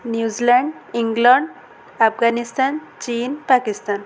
New Zealand England Afghanistan ଚୀନ ପାକିସ୍ତାନ